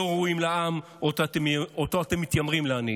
לא ראויים לעם שאותו אתם מתיימרים להנהיג.